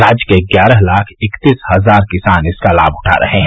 राज्य के ग्यारह लाख इकतीस हजार किसान इसका लाभ उठा रहे हैं